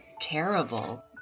terrible